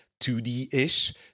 2D-ish